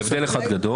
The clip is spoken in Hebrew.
בהבדל אחד גדול.